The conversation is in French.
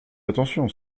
attention